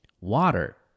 water